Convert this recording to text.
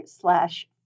slash